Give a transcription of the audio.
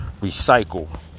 recycle